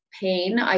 pain